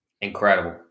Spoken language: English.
incredible